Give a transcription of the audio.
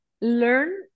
learn